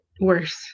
worse